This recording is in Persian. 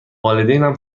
والدینم